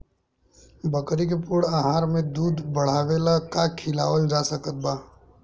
बकरी के पूर्ण आहार में दूध बढ़ावेला का खिआवल जा सकत बा?